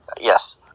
yes